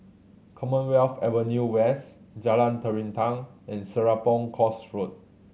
Commonwealth Avenue West Jalan Terentang and Serapong Course Road